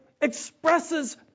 expresses